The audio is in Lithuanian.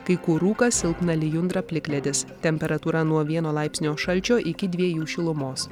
kai kur rūkas silpna lijundra plikledis temperatūra nuo vieno laipsnio šalčio iki dviejų šilumos